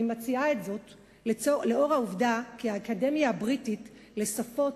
אני מציעה זאת לאור העובדה שהאקדמיה הבריטית לשפות